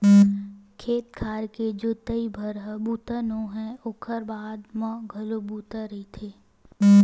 खेत खार के जोतइच भर ह बूता नो हय ओखर बाद म घलो बूता रहिथे